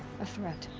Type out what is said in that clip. a threat.